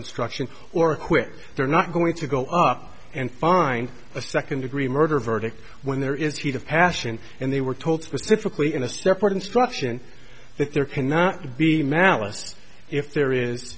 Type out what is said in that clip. instruction or quick they're not going to go up and find a second degree murder verdict when there is heat of passion and they were told specifically in a separate instruction that there cannot be malice if there is